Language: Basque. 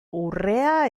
urrea